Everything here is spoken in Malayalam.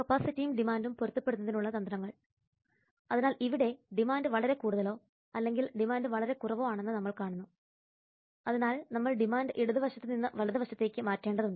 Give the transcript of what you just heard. കപ്പാസിറ്റിയും ഡിമാൻഡും പൊരുത്തപ്പെടുന്നതിനുള്ള തന്ത്രങ്ങൾ അതിനാൽ ഇവിടെ ഡിമാൻഡ് വളരെ കൂടുതലോ അല്ലെങ്കിൽ ഡിമാൻഡ് വളരെ കുറവോ ആണെന്ന് നമ്മൾ കാണുന്നു അതിനാൽ നമ്മൾ ഡിമാൻഡ് ഇടത് വശത്ത് നിന്ന് വലത് വശത്തേക്ക് മാറ്റേണ്ടതുണ്ട്